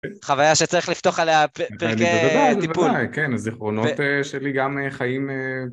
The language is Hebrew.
חוויה שצריך לפתוח עליה פרקי טיפול. בוודאי, בוודאי, כן, הזיכרונות שלי גם חיים